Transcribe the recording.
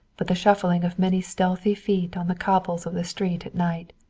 but the shuffling of many stealthy feet on the cobbles of the street at night,